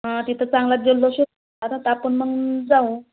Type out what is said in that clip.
हां तिथं चांगला जल्लोष आता आपण मग जाऊ